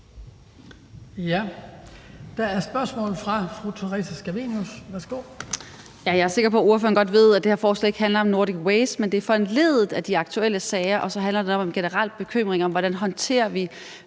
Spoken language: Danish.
Scavenius. Værsgo. Kl. 16:51 Theresa Scavenius (UFG): Jeg er sikker på, at ordføreren godt ved, at det her forslag ikke handler om Nordic Waste, men at det er foranlediget af de aktuelle sager, og så handler det om en generel bekymring for, hvordan vi håndterer